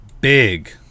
Big